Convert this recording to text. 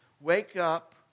wake-up